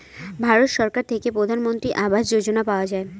ভারত সরকার থেকে প্রধানমন্ত্রী আবাস যোজনা পাওয়া যায়